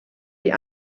die